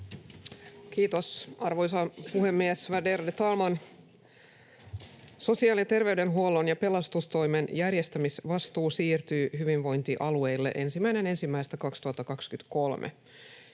Kiitos, arvoisa puhemies, värderade talman! Sosiaali- ja terveydenhuollon ja pelastustoimen järjestämisvastuu siirtyy hyvinvointialueille 1.1.2023.